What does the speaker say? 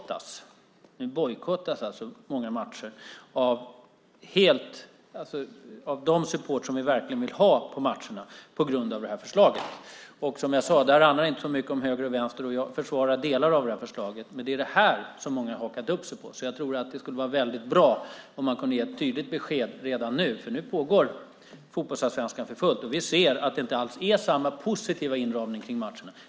Det är faktiskt så att många matcher nu bojkottas av de supportrar som vi verkligen vill ha på matcherna på grund av det här förslaget. Som jag sade handlar detta inte så mycket om höger och vänster. Jag försvarar delar av det här förslaget, men det är detta många har hakat upp sig på, så det skulle vara väldigt bra om man kunde ge ett tydligt besked redan nu. Fotbollsallsvenskan pågår redan för fullt, och vi ser att det inte alls är samma positiva inramning kring matcherna.